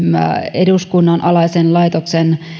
eduskunnan alaisen laitoksen